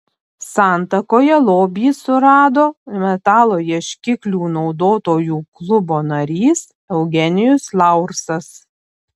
santakoje lobį surado metalo ieškiklių naudotojų klubo narys eugenijus laursas